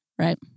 right